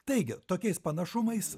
taigi tokiais panašumais